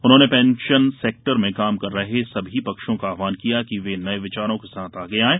उन्होंने pension sector में काम कर रहे सभी पक्षों का आहवान किया कि वे नये विचारों के साथ आगे आएं